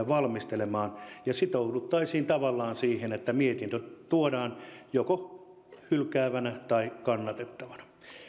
valmistelemaan ja sitouduttaisiin tavallaan siihen että mietintö tuodaan joko hylkäävänä tai kannatettavana